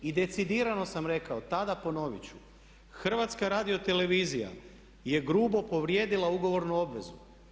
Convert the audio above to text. I decidirano sam rekao tada i ponovit ću HRT je grubo povrijedila ugovornu obvezu.